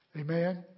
Amen